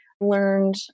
learned